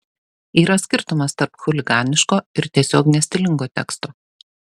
yra skirtumas tarp chuliganiško ir tiesiog nestilingo teksto